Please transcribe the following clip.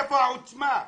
איפה העוצמה?